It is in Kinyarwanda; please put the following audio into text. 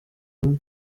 bumwe